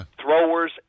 throwers